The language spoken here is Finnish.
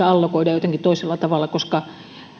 allokoida jotenkin toisella tavalla koska